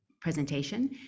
presentation